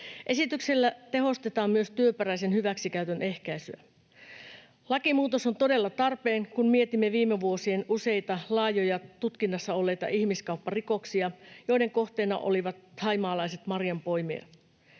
Esityksellä tehostetaan myös työperäisen hyväksikäytön ehkäisyä. Lakimuutos on todella tarpeen, kun mietimme viime vuosien useita laajoja tutkinnassa olleita ihmiskaupparikoksia, joiden kohteena olivat thaimaalaiset marjanpoimijat.